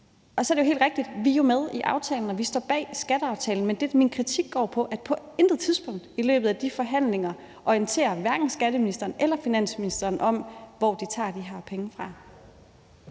i kraft. Det er helt rigtigt, at vi er med i skatteaftalen, og vi står bag skatteaftalen. Men det, min kritik går på, er, at på intet tidspunkt i løbet af de forhandlinger orienterer hverken skatteministeren eller finansministeren om, hvor de tager de her penge fra.